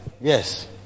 yes